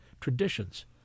traditions